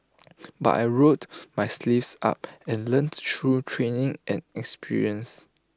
but I rolled my sleeves up and learnt through training and experience